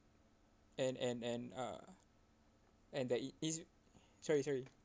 and and and uh and that it is sorry sorry